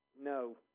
No